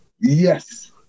Yes